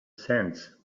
sands